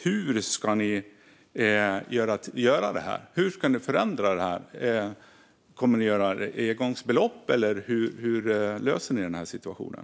Hur ska ni göra det? Hur ska ni förändra detta? Kommer ni att göra det genom engångsbelopp, eller hur löser ni situationen?